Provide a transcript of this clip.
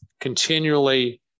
continually